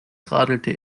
radelte